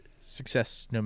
success